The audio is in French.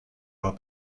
avoir